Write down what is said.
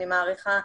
אני מעריכה,